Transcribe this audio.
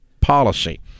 policy